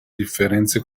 differenze